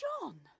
John